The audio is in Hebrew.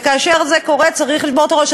וכאשר זה קורה צריך לשבור את הראש.